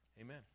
Amen